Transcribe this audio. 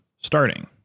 starting